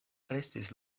restis